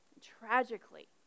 Tragically